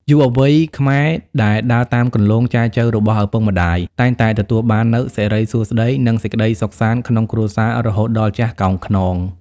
យុវវ័យខ្មែរដែលដើរតាមគន្លងចែចូវរបស់ឪពុកម្ដាយ តែងតែទទួលបាននូវ "សិរីសួស្តី" និងសេចក្ដីសុខសាន្តក្នុងគ្រួសាររហូតដល់ចាស់កោងខ្នង។